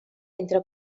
entre